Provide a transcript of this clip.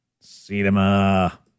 cinema